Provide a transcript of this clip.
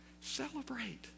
Celebrate